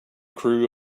crew